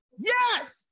yes